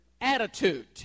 attitude